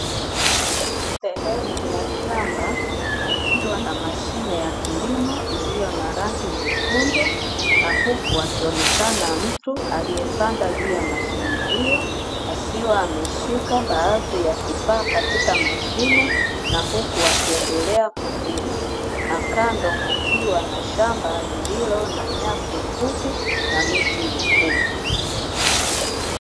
Sehemu ya shamba kukiwa na mshine ya kilimo iliyo na rangi nyekundu na huku akionekana mtu aliyepanda juu ya mashine hiyo, akiwa ameshika baadhi ya kifaa katika mashine na huku akiendelea kulima, na kando kukiwa na shamba lililo na nyasi fupi na miti mikubwa.